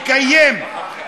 אתה לא הקשבת למה שאמרתי.